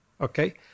okay